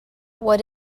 what